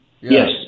Yes